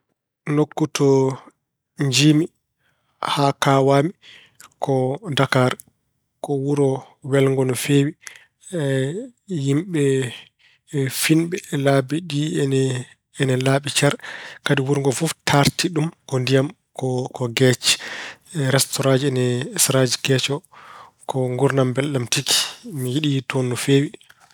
Nokku to njiy-mi haa kawaa-mi ko Dakaar. Ko wuro welngo no feewi, yimɓe finɓe. Laabi ɗi ina laaɓi cer. Kadi wuru ngo fof taartii ɗum ko ndiyam, ko geej. Restoraaji ina saraaji geej o. Ko nguurndam mbelɗam tigi. Mi yiɗi toon no feewi.